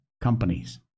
companies